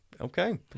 Okay